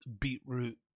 beetroot